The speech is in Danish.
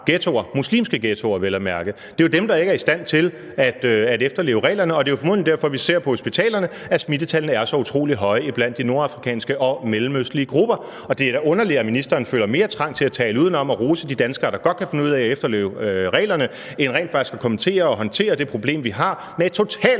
ghettoer – muslimske ghettoer vel at mærke. Det er jo dem, der ikke er i stand til at efterleve reglerne, og det er jo formodentlig derfor, vi ser på hospitalerne, at smittetallene er så utrolig høje iblandt de nordafrikanske og mellemøstlige grupper. Og det er da underligt, at ministeren føler mere trang til at tale udenom og rose de danskere, der godt kan finde ud af at efterleve reglerne, end rent faktisk at kommentere og håndtere det problem, vi har med et totalt